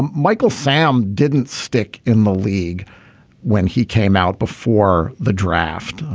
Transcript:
michael sam didn't stick in the league when he came out before the draft.